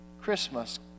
Christmas